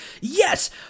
Yes